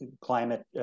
climate